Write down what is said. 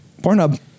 Pornhub